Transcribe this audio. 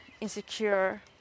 insecure